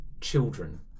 children